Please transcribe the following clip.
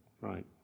Right